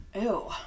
Ew